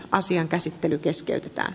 asian käsittely keskeytetään